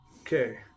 Okay